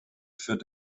für